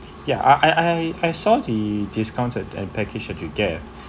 yeah I I saw the discounts and package that you gave